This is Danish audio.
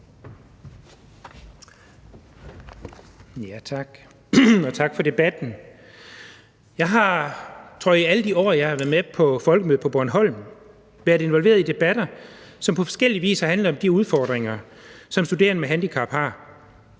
på Bornholm, været involveret i debatter, som på forskellig vis har handlet om de udfordringer, som studerende med handicap har.